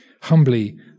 Humbly